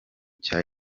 cya